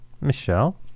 Michelle